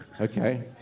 Okay